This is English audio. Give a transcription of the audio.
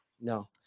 no